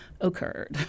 occurred